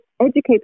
educate